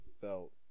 felt